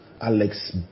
Alex